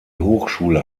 hochschule